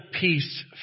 peace